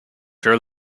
sure